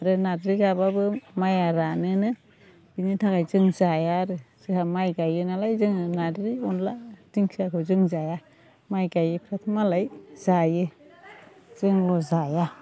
आरो नारजि जाबाबो माइआ रानोनो बिनि थाखाय जों जाया आरो जोंहा माइ गायोनालाय जोङो नारजि अनद्ला दिंखियाखौ जों जाया माइ गायैफ्राया मालाय जायो जोंल' जाया